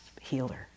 healer